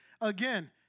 again